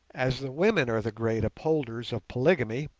as the women are the great upholders of polygamy,